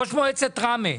ראש מועצת ראמה.